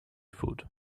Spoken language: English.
food